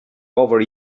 over